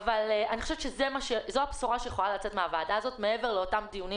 אני חושבת שזו הבשורה שיכולה לצאת מהוועדה הזאת מעבר לאותם דיונים